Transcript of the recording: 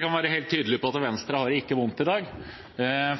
kan være helt tydelig på at Venstre ikke har det vondt i dag,